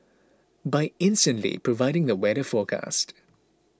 by instantly providing the weather forecast